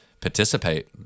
participate